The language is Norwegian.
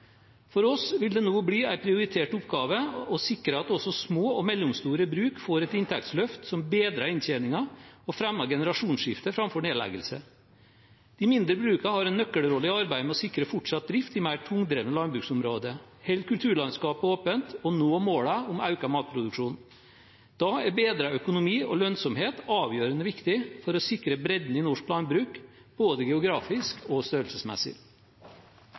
For oss vil det nå bli en prioritert oppgave å sikre at også små og mellomstore bruk får et inntektsløft som bedrer inntjeningen og fremmer generasjonsskifter framfor nedleggelse. De mindre brukene har en nøkkelrolle i arbeidet med å sikre fortsatt drift i mer tungdrevne landbruksområder, holde kulturlandskapet åpent og nå målet om økt matproduksjon. Da er bedret økonomi og lønnsomhet avgjørende viktig for å sikre bredden i norsk landbruk – både geografisk og størrelsesmessig.